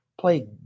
play